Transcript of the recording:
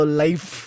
life